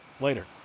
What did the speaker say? Later